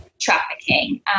trafficking